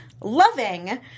loving